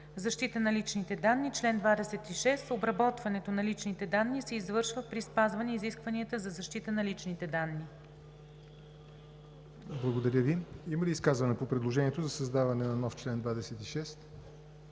„Защита на личните данни Чл. 26. Обработването на личните данни се извършва при спазване изискванията за защита на личните данни.“ ПРЕДСЕДАТЕЛ ЯВОР НОТЕВ: Има ли изказвания по предложението за създаване на нов чл. 26?